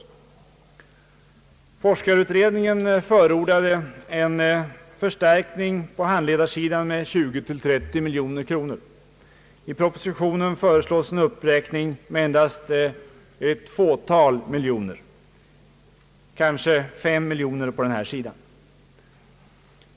Forskarutredningen förordade en förstärkning på handledarsidan med 20— 30 miljoner kronor. I propositionen föreslås en uppräkning med endast ett fåtal miljoner, omkring fem miljoner.